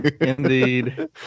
Indeed